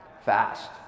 Fast